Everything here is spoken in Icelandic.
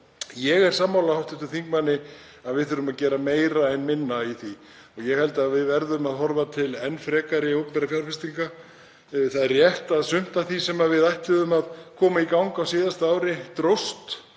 Ég er sammála hv. þingmanni að við þurfum að gera meira en minna í því. Við verðum að horfa til enn frekari opinberra fjárfestinga. Það er rétt að sumt af því sem við ætluðum að koma í gang á síðasta ári dróst